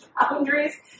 boundaries